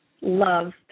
love